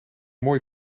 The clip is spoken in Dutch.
mooie